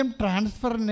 transfer